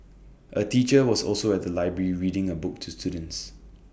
A teacher was also at the library reading A book to students